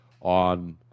on